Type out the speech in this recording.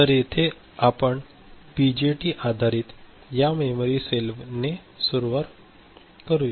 तर येथे आपण बीजेटी आधारित या मेमरी सेलवर ने सुरुवात करूया